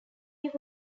war